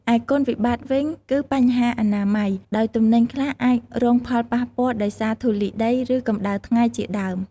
ឯគុណវិបត្តិវិញ គឺបញ្ហាអនាម័យ ដោយទំនិញខ្លះអាចរងផលប៉ះពាល់ដោយសារធូលីដី ឬកម្តៅថ្ងៃជាដើម។